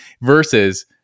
versus